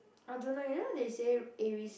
I don't know you know they say Aries